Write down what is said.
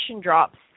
drops